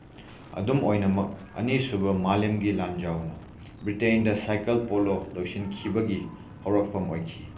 ꯑꯗꯨꯝ ꯑꯣꯏꯅꯃꯛ ꯑꯅꯤꯁꯨꯕ ꯃꯥꯂꯦꯝꯒꯤ ꯂꯥꯟꯖꯥꯎꯅ ꯕ꯭ꯔꯤꯇꯦꯟꯗ ꯁꯥꯏꯀꯜ ꯄꯣꯂꯣ ꯂꯣꯏꯁꯟꯈꯤꯕꯒꯤ ꯍꯧꯔꯛꯐꯝ ꯑꯣꯏꯈꯤ